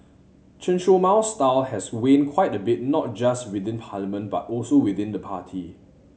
Chen Show Mao's style has waned quite a bit not just within parliament but also within the party